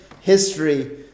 history